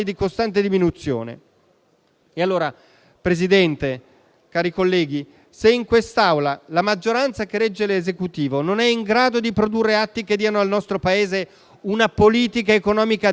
Signor Presidente, colleghi, se in quest'Aula la maggioranza che regge l'Esecutivo non è allora in grado di produrre atti che diano al nostro Paese una politica economica degna